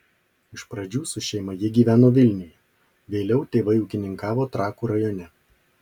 iš pradžių su šeima ji gyveno vilniuje vėliau tėvai ūkininkavo trakų rajone